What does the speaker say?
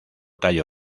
tallo